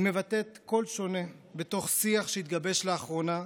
היא מבטאת קול שונה בתוך שיח שהתגבש לאחרונה,